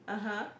(uh huh)